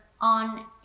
on